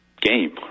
game